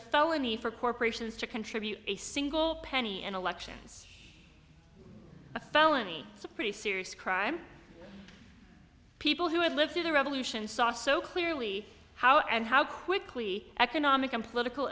felony for corporations to contribute a single penny in elections a felony a pretty serious crime people who had lived through the revolution saw so clearly how and how quickly economic and political